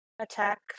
attack